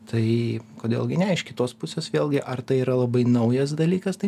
tai kodėl gi ne iš kitos pusės vėlgi ar tai yra labai naujas dalykas tai